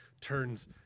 turns